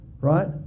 right